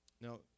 Now